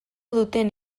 duten